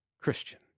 Christian